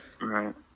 Right